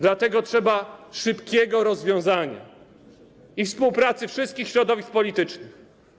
Dlatego trzeba szybkiego rozwiązania i współpracy wszystkich środowisk politycznych.